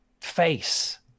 face